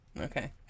Okay